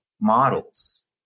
models